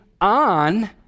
on